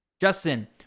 Justin